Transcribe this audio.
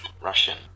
Russian